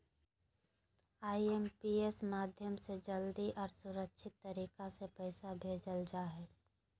IMPS माध्यम से जल्दी आर सुरक्षित तरीका से पैसा भेजल जा हय